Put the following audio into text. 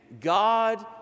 God